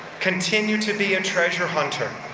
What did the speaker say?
continue to be a treasure hunter.